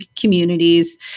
communities